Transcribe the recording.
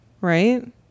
Right